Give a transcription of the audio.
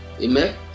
Amen